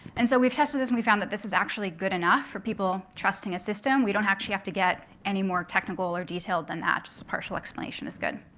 and so we've tested this, and we've found that this is actually good enough for people trusting a system. we don't actually have to get any more technical or detailed than that. just a partial explanation is good.